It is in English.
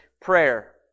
prayer